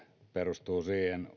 perustuu siihen